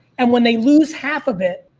and when they lose half of it,